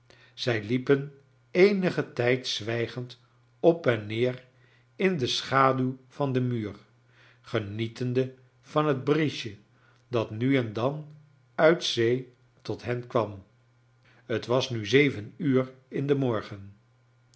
zij liepen eenigen tijd zwijgend op en neer in de schaduw van den muur genietende van het briesje dat nu en dan uit zee tot hen kwam t was nu zeven uur in den morgen